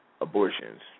abortions